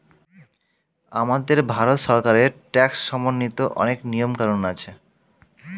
আমাদের ভারত সরকারের ট্যাক্স সম্বন্ধিত অনেক নিয়ম কানুন আছে